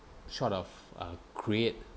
short of uh create